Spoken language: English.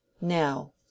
Now